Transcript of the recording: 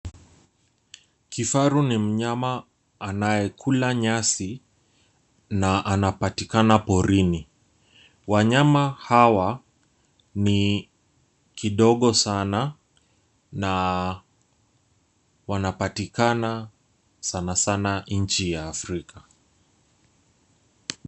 Kifaru ni mnyama anayekula nyasi na anapatikana porini. Wanyama hawa ni kidogo sana na wanapatikana sanasana nchi ya Afrika.